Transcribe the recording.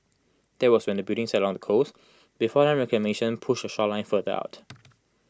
that was when the building sat along the coast before land reclamation push the shoreline further out